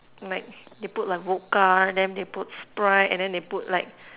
like they put like vodka then they put sprite and then they put like